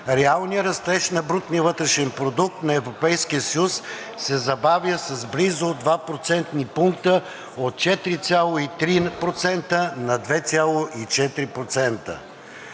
реалният растеж на брутния вътрешен продукт на Европейския съюз се забавя с близо 2 процентни пункта от 4,3% на 2,4%.